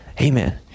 Amen